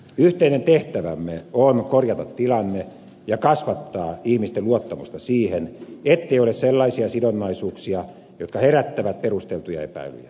yhteinen tehtävämme on korjata tilanne ja kasvattaa ihmisten luottamusta siihen ettei ole sellaisia sidonnaisuuksia jotka herättävät perusteltuja epäilyjä